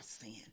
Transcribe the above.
sin